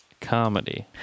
comedy